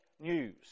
news